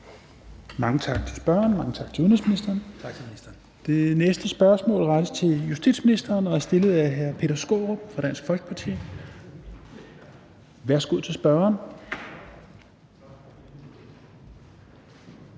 Mange tak til spørgeren, mange tak til udenrigsministeren. Det næste spørgsmål rettes til justitsministeren og er stillet af hr. Peter Skaarup fra Dansk Folkeparti. Kl. 13:09 Spm. nr.